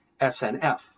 SNF